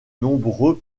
nombreux